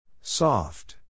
Soft